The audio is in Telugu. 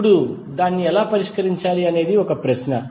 ఇప్పుడు దాన్ని ఎలా పరిష్కరించాలి అనేది ప్రశ్న